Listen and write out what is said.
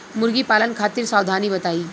मुर्गी पालन खातिर सावधानी बताई?